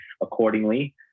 accordingly